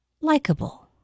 likable